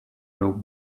low